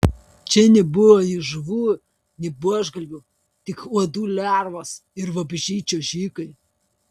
čia nebuvo nei žuvų nei buožgalvių tik uodų lervos ir vabzdžiai čiuožikai